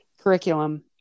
curriculum